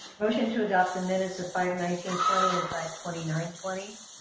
motion to adopt the minutes of five nineteen twenty and five twenty nine twenty.